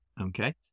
Okay